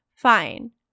Fine